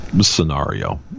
scenario